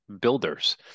builders